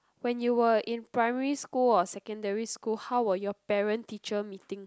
when you were in primary school or secondary school how were your parent teacher meeting